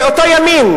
זה אותו ימין,